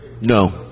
No